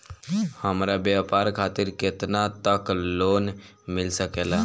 हमरा व्यापार खातिर केतना तक लोन मिल सकेला?